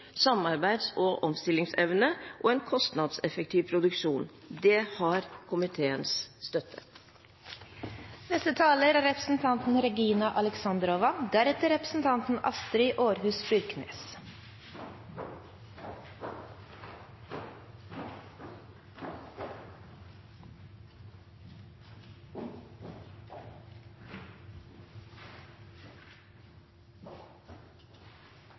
samarbeids- og omstillingsevne og en kostnadseffektiv produksjon. Det har komiteens